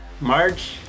March